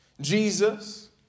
Jesus